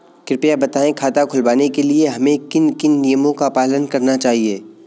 कृपया बताएँ खाता खुलवाने के लिए हमें किन किन नियमों का पालन करना चाहिए?